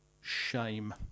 shame